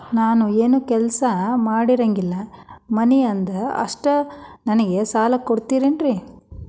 ನಾನು ಏನು ಕೆಲಸ ಮಾಡಂಗಿಲ್ರಿ ಮನಿ ಅದ ಅಷ್ಟ ನನಗೆ ಸಾಲ ಕೊಡ್ತಿರೇನ್ರಿ?